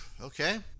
Okay